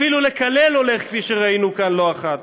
אפילו לקלל הולך, כפי שראינו כאן לא אחת.